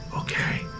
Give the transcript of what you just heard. Okay